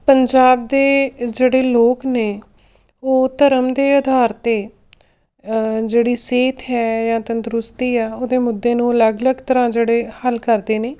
ਪੰਜਾਬ ਦੇ ਜਿਹੜੇ ਲੋਕ ਨੇ ਉਹ ਧਰਮ ਦੇ ਅਧਾਰ 'ਤੇ ਜਿਹੜੀ ਸਿਹਤ ਹੈ ਜਾਂ ਤੰਦਰੁਸਤੀ ਹੈ ਉਹਦੇ ਮੁੱਦੇ ਨੂੰ ਅਲੱਗ ਅਲੱਗ ਤਰ੍ਹਾਂ ਜਿਹੜੇ ਹੱਲ ਕਰਦੇ ਨੇ